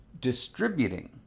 distributing